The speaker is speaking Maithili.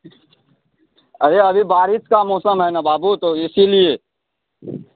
अरे अभी बारिशका मौसम है ने बाबू तो इसीलिए